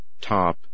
top